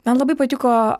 man labai patiko